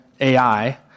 Ai